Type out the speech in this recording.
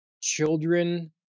children